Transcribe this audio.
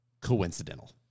coincidental